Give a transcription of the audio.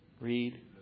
Read